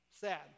Sad